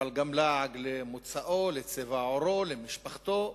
אבל גם לעג למוצאו, לצבע עורו, למשפחתו,